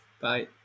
Bye